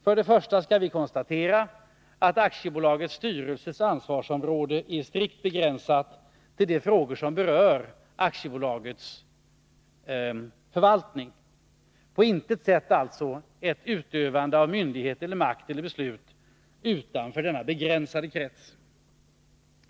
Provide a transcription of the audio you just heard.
För det första kan vi konstatera att aktiebolagets styrelses ansvarsområde är strikt begränsat till de frågor som berör aktiebolagets förvaltning — det omfattar på intet sätt ett utövande av myndighet eller makt eller rätt att fatta beslut utanför denna begränsade krets.